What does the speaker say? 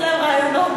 אל תכניס להם רעיונות.